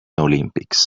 olympics